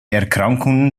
erkrankungen